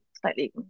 slightly